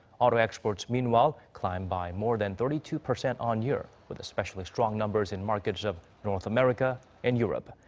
auto exports meanwhile, climbed by more than thirty two percent on-year. with especially strong numbers in markets of north america and europe.